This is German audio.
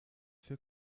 für